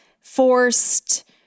forced